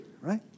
right